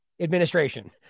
administration